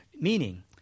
Meaning